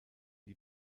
die